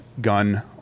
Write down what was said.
gun